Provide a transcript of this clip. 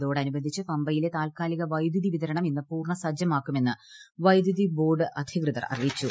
ഇതിനോടനുബന്ധിച്ച് പമ്പയിലെ താൽക്കാലിക വൈദുതി വിതരണം ഇന്ന് പൂർണ്ണ സജ്ജമാക്കുമെന്ന് വൈദ്യുതി ബോർഡ് അധികൃതർ അറിയിച്ചു